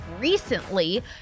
recently